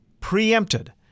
preempted